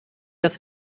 das